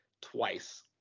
twice